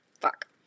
Fuck